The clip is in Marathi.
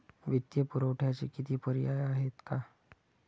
वित्तीय पुरवठ्याचे किती पर्याय आहेत का?